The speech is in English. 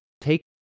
take